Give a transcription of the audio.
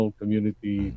community